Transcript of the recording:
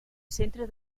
centre